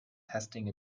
testing